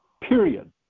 period